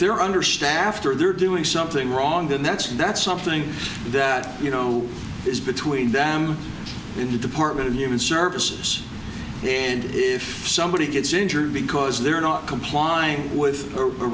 they're understaffed or they're doing something wrong then that's that's something that you know is between them in the department of human services and if somebody gets injured because they're not complying with a